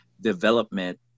development